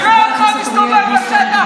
נראה אותך מסתובב בשטח,